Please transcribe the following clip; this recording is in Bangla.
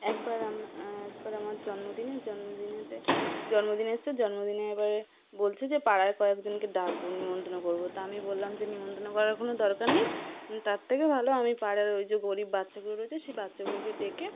একবার আম একবার আমার জন্মদিনে জন্মদিনেতে জন্মদিন এসেছে জন্মদিনে এবারে বলছে যে পাড়ার কয়েকজনকে ডাকবো নিমন্তন্ন করব তা আমি বললাম যে নিমন্তন্ন করার কোনো দরকার নেই তার থেকে ভালো আমি পাড়ার ওই যে গরিব বাচ্চাগুলো রয়েছে সেই বাচ্চাগুলোকে ডেকে